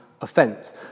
offence